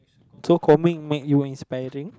so comics make you inspiring